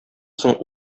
соң